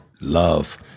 love